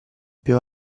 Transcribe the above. più